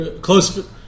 close